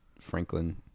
Franklin